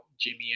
jimmy